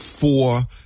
Four